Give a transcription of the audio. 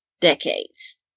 decades